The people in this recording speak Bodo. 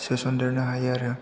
सोसनदेरनो हायो आरो